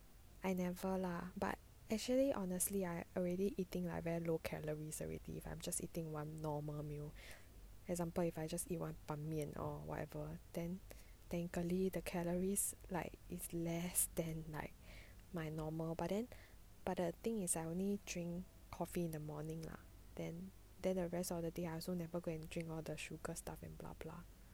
I never lah but actually honestly I already eating like very low calorie already if I'm just eating one normal meal example if I just eat one ban mian or whatever then technically the calories like is less than like my normal but then but the thing is I only drink coffee in the morning lah then then the rest of the day I so never go and drink all the sugar stuff and blah blah